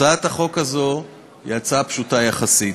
הצעת החוק הזאת היא הצעה פשוטה יחסית.